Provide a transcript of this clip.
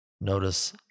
Notice